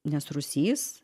nes rūsys